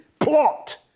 plot